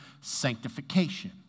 sanctification